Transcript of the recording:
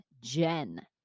Jen